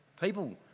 people